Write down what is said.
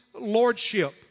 Lordship